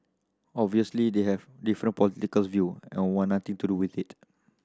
obviously they have different political view and want nothing to do with it